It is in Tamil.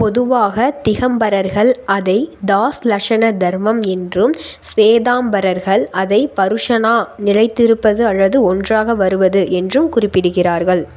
பொதுவாக திகம்பரர்கள் அதை தாஸ் லக்ஷன தர்மம் என்றும் ஸ்வேதாம்பரர்கள் அதை பருஷனா நிலைத்திருப்பது அல்லது ஒன்றாக வருவது என்றும் குறிப்பிடுகிறார்கள்